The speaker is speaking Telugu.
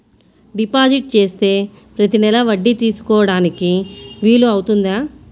డిపాజిట్ చేస్తే ప్రతి నెల వడ్డీ తీసుకోవడానికి వీలు అవుతుందా?